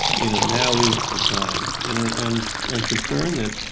you know, now is the time. and and i'm i'm concerned that,